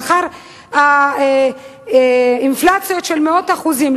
לאחר אינפלציות של מאות אחוזים,